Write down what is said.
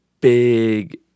big